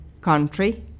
country